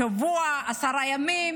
שבוע, עשרה ימים